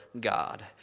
God